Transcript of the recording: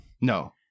No